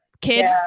kids